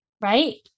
right